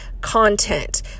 content